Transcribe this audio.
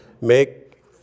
make